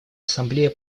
ассамблея